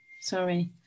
Sorry